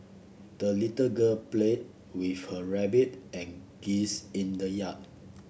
the little girl played with her rabbit and geese in the yard